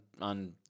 on